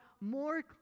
more